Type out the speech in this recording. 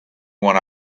when